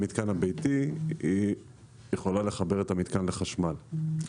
היא יכולה לחבר את המתקן לחשמל.